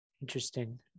interesting